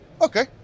Okay